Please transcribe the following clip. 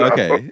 Okay